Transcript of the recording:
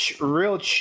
real